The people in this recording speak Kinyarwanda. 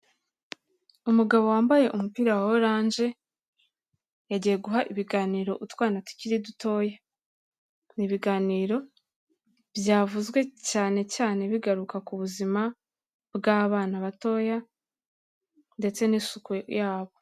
Umugabo wambaye umupira wa oranje, yagiye guha ibiganiro utwana tukiri dutoya. Ni ibiganiro byavuzwe cyane cyane bigaruka ku buzima bw'abana batoya ndetse n'isuku yabo.